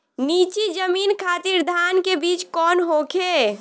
नीची जमीन खातिर धान के बीज कौन होखे?